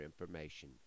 information